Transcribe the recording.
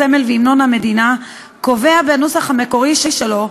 הסמל והמנון המדינה קובע בנוסח המקורי שלו,